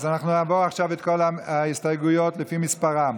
אז, אנחנו נעבור על כל ההסתייגויות לפי מספריהן.